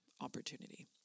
opportunity